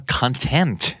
content